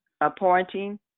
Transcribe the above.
appointing